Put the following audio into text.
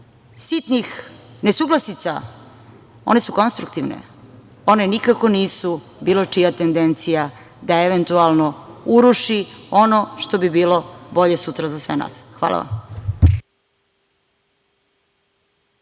sitnih nesuglasica, one su konstruktivne, one nikako nisu bilo čija tendencija da eventualno uruši ono što bi bilo bolje sutra za sve nas. Hvala vam.